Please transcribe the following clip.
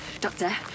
Doctor